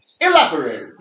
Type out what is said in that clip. Elaborate